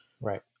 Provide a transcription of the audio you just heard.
right